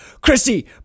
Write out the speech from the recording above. Chrissy